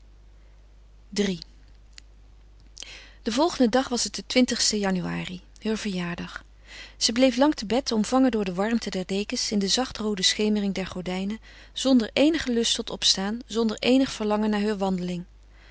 iii den volgenden dag was het de ste januari heur verjaardag zij bleef lang te bed omvangen door de warmte der dekens in de zacht roode schemering der gordijnen zonder eenigen lust tot opstaan zonder eenig verlangen naar heur wandeling